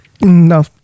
No